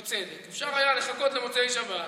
בצדק: אפשר היה לחכות למוצאי שבת,